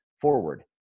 forward